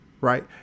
Right